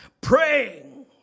Praying